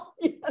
yes